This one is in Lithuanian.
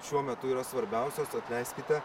šiuo metu yra svarbiausios atleiskite